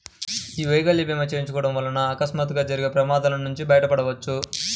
యీ వైకల్య భీమా చేయించుకోడం వల్ల అకస్మాత్తుగా జరిగే ప్రమాదాల నుంచి బయటపడొచ్చు